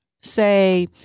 Say